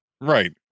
Right